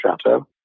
Chateau